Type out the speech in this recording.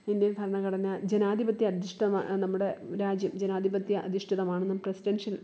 Indian ഭരണഘടന ജനാധിപത്യ അധിഷ്ടമാ നമ്മുടെ രാജ്യം ജനാധിപത്യ അധിഷ്ടിതമാണെന്നും പ്രസിഡെൻഷ്യൽ